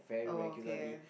oh okay